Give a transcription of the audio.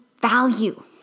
value